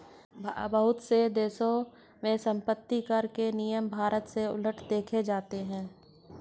बहुत से देशों में सम्पत्तिकर के नियम भारत से उलट देखे जाते हैं